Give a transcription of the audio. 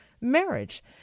marriage